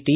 T